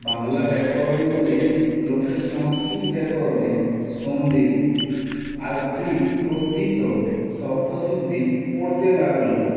বাংলা ব্যাকরণ বলে লোকে সংস্কৃত ব্যাকরণের সন্ধি আর কৃৎ তদ্ধিত শব্দসিদ্ধি পড়তে লাগল